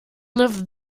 live